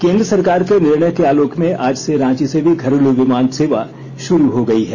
केंद्र सरकार के निर्णय के आलोक में आज से रांची से भी घरेलू विमान सेवा षुरू हो गई है